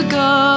go